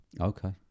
Okay